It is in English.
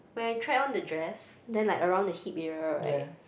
when I tried on the dress then like around the hip area right